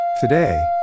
today